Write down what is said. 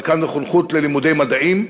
אבל כאן זה חונכות ללימודי מדעים,